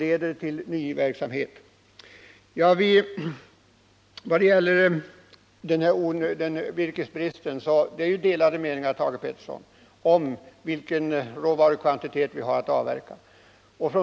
leder till nedläggning men som också skapar ny s Det finns, Thage Peterson, delade meningar om vilken ravarukvantitet som kan avverkas.